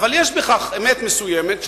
אבל יש בכך אמת מסוימת,